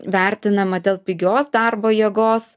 vertinama dėl pigios darbo jėgos